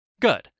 good